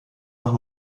nach